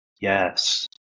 Yes